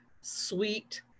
sweet